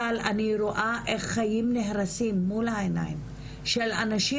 אבל אני רואה איך חיים נהרסים מול העיניים של אנשים